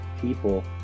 people